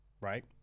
right